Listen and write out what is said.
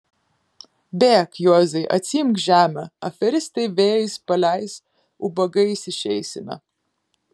bėk juozai atsiimk žemę aferistai vėjais paleis ubagais išeisime